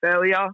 failure